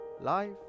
life